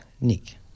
Nick